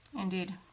Indeed